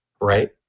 right